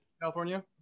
California